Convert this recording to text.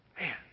Man